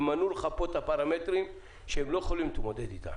ומנו לך פה את הפרמטרים שהם לא יכולים להתמודד איתם